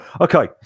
okay